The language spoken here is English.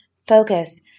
Focus